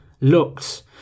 looks